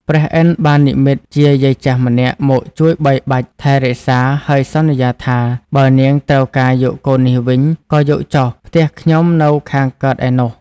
ព្រះឥន្ទ្របាននិម្មិតជាយាយចាស់ម្នាក់មកជួយបីបាច់ថែរក្សាហើយសន្យាថា បើនាងត្រូវការយកកូននេះវិញក៏យកចុះផ្ទះខ្ញុំនៅខាងកើតឯនោះ។